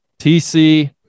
TC